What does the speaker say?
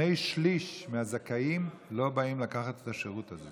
שלישים מהזכאים לא באים לקחת את השירות הזה.